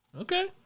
Okay